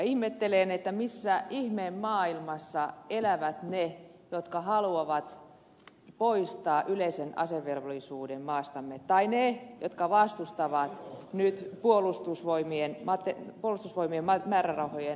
ihmettelen missä ihmeen maailmassa elävät ne jotka haluavat poistaa yleisen asevelvollisuuden maastamme tai ne jotka vastustavat nyt puolustusvoimien määrärahojen nostoa